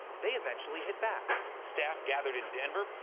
they eventually hit back. staff gathered in denver,